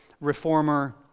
reformer